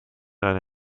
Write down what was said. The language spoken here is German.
eine